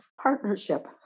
partnership